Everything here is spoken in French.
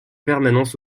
permanence